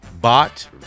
bot